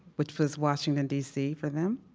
which was washington d c. for them.